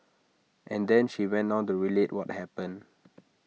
and then she went on to relate what happened